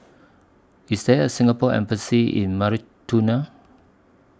IS There A Singapore Embassy in Mauritania